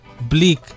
Bleak